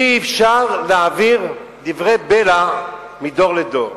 אי-אפשר להעביר דברי בלע מדור לדור.